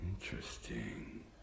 Interesting